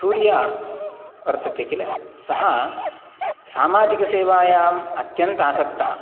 सूर्य वर्तते किल सः सामाजिकसेवायाम् अत्यन्त आसक्तः